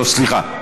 לא, סליחה.